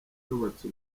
yubatse